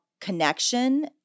connection